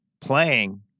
playing